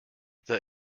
the